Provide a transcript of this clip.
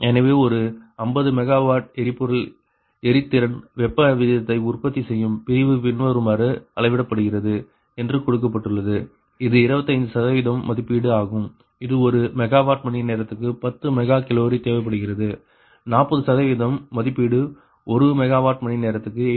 எனவே ஒரு 50 மெகாவாட் எரிபொருள் எரிந்ததின் வெப்ப வீதத்தை உற்பத்தி செய்யும் பிரிவு பின்வருமாறு அளவிடப்படுகிறது என்று கொடுக்கப்பட்டுள்ளது இது 25 சதவிகிதம் மதிப்பீடு ஆகும் இது ஒரு மெகாவாட் மணி நேரத்துக்கு பத்து மெகா கலோரி தேவைப்படுகிறது 40 சதவிகிதம் மதிப்பீடு ஒரு மெகாவாட் மணி நேரத்துக்கு 8